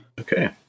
Okay